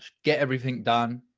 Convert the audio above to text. get everything done.